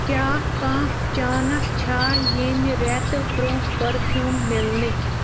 کیٛاہ کانٛہہ چانس چھا ییٚمہِ رٮ۪تہٕ برٛونٛہہ پٔرفیٛوٗم مِلنٕکۍ